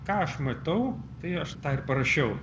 ką aš matau tai aš tą ir parašiau